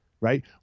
right